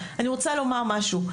אני רוצה לומר משהו,